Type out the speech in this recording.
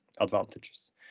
advantages